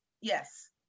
yes